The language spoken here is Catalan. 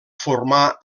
formar